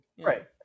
Right